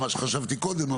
על מה שחשבתי קודם.